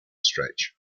stretch